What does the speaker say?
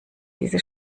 diese